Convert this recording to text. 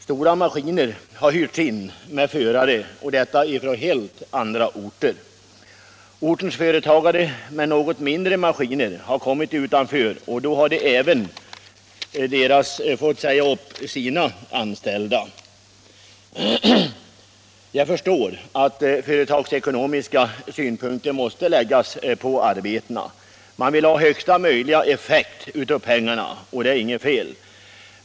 Stora maskiner med förare har hyrts in från helt andra orter. Ortens företagare med något mindre maskiner har hamnat utanför och fått säga upp sina anställda. Jag förstår att företagsekonomiska synpunkter måste anläggas på arbetena. Man vill ha största möjliga effekt av pengarna, och det är inget fel.